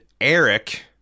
Eric